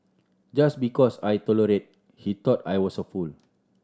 just because I tolerated he thought I was a fool